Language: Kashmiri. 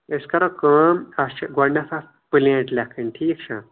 أسۍ کَرو کٲم اسہِ چھِ گۄڈنٮ۪تھ اتھ پلینٹ لٮ۪کھٕنۍ ٹھیٖک چھا